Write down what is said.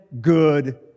Good